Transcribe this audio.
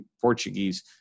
Portuguese